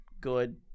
good